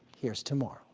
here's tomorrow.